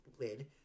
lid